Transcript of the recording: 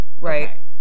right